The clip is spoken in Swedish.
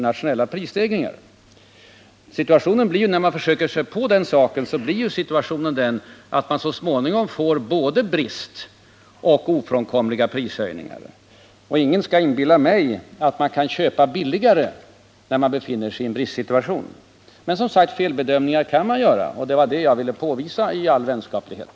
När man försöker sig på det, blir situationen den att man så småningom får både brist och ofrånkomliga prishöjningar. Och ingen skall inbilla mig att man kan köpa billigare när man befinner sig i en bristsituation. Men felbedömningar kan man göra, och det var det jag ville påvisa i all vänlighet.